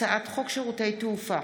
הצעת חוק שירותי תעופה